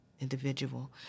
individual